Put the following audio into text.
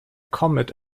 comet